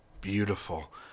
Beautiful